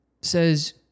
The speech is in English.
says